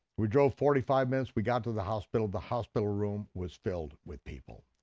we drove forty five minutes, we got to the hospital, the hospital room was filled with people.